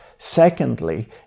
Secondly